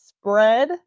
spread